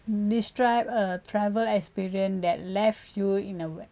describe a travel experience that left you in a